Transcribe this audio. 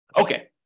Okay